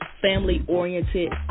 family-oriented